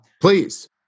Please